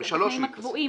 נוסח.